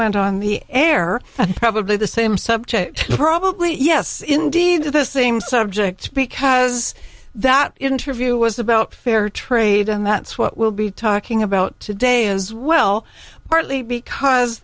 went on the air and probably the same subject probably yes indeed the same subject because that interview was about fair trade and that's what we'll be talking about today as well partly because